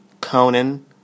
conan